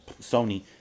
Sony